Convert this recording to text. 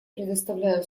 предоставляю